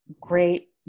great